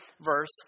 verse